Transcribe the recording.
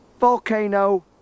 volcano